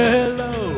Hello